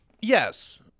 Yes